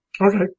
Okay